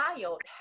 child